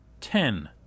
Ten